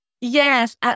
Yes